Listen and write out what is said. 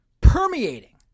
permeating